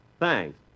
Thanks